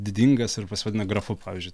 didingas ir pasivadina grafu pavyzdžiui